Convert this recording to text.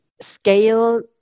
scale